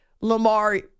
Lamar